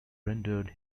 rendered